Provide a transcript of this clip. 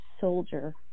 soldier